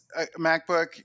MacBook